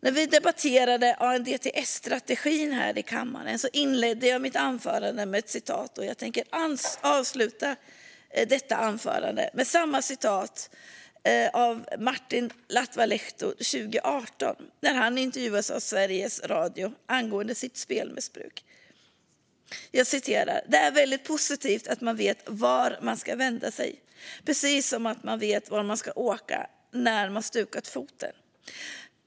När vi debatterade ANDTS-statrategin här i kammaren inledde jag mitt anförande med ett citat, och jag tänker avsluta detta anförande med samma citat av Marthin Latvalehto, som intervjuades av Sveriges Radio 2018 angående sitt spelmissbruk: "Det är väldigt positivt att man vet var man ska vända sig. Precis som att man vet var man ska åka när man stukat foten.